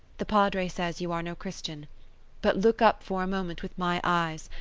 the padre says you are no christian but look up for a moment with my eyes,